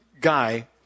guy